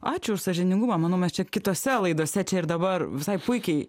ačiū už sąžiningumą manau mes čia kitose laidose čia ir dabar visai puikiai